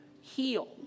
heal